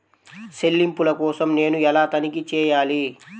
చెల్లింపుల కోసం నేను ఎలా తనిఖీ చేయాలి?